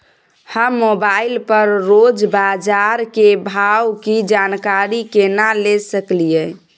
हम मोबाइल पर रोज बाजार के भाव की जानकारी केना ले सकलियै?